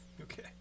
Okay